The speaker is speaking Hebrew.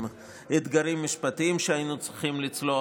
עם אתגרים משפטיים שהיינו צריכים לצלוח.